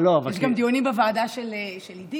יש גם דיונים בוועדה של עידית,